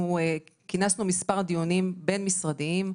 כינסנו מספר דיונים בין משרדיים,